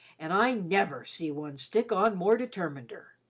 an' i never see one stick on more determinder.